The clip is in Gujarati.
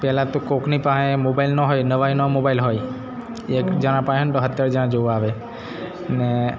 પહેલાં તો કોઈકની પાસે મોબાઈલ ન હોય નવાઈનો મોબાઈલ હોય એક જણા પાસે ન તો સત્તર જણા જોવા આવે ને